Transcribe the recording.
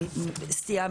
סטייה,